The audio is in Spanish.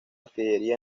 artillería